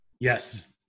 Yes